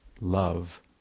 love